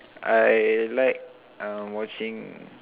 I like uh watching